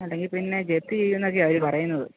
അല്ലെങ്കിൽ പിന്നെ ജപ്തി ചെയ്യുമെന്നൊക്കെയാണ് അവർ പറയുന്നത്